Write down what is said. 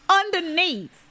underneath